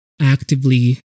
actively